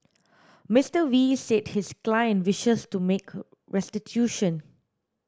Mister Wee said his client wishes to make restitution